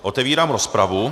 Otevírám rozpravu.